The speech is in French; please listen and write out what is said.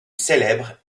célèbre